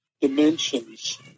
dimensions